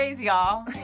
y'all